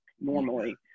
normally